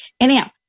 Anyhow